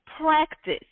practice